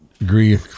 agree